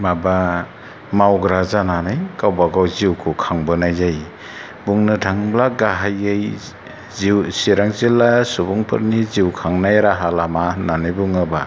माबा मावग्रा जानानै गावबा गाव जिउखौ खांबोनाय जायो बुंनो थाङोब्ला गाहायै चिरां जिल्ला सुबुंफोरनि जिउ खांनाय राहा लामा होन्नानै बुङोबा